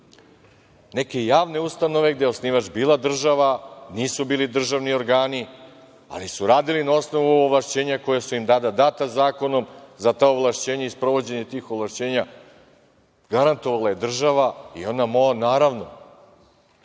neke javne ustanove gde je osnivač bila država, nisu bili državni organi ali su radili na osnovu ovlašćenja koje su im tada data zakonom za ta ovlašćenja i sprovođenje tih ovlašćenja garantovala je država, naravno,